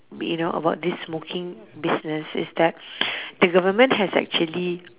you know about this smoking business is that the government has actually